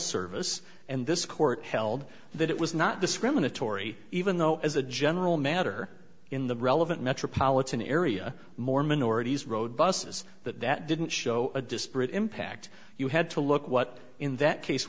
service and this court held that it was not discriminatory even though as a general matter in the relevant metropolitan area more minorities rode buses that that didn't show a disparate impact you had to look at what in that case